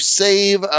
save